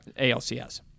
ALCS